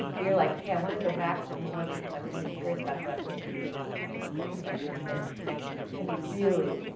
you're like, hey, i wanna go back for more because i'm really curious about how that person thinks and how they engage that intimate connection, it can be really,